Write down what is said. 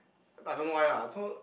I don't know why lah so